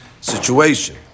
situation